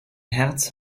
herz